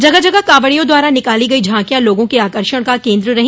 जगह जगह कावंड़ियों द्वारा निकाली गई झांकियां लोगों के आकर्षण का केन्द्र रही